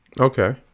Okay